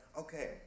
Okay